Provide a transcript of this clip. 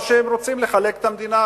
או שהם רוצים לחלק את המדינה